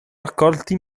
raccolti